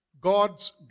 God's